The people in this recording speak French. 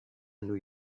new